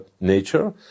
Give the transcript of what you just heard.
nature